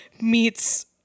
meets